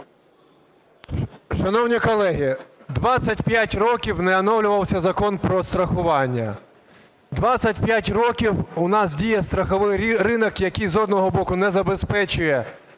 Шановні колеги, 25 років не оновлювався Закон "Про страхування". 25 років у нас діє страховий ринок, який, з одного боку, не забезпечує